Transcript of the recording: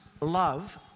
love